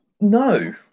no